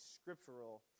scriptural